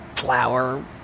Flour